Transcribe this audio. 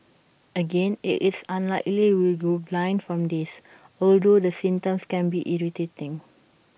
again IT is unlikely you will go blind from this although the symptoms can be irritating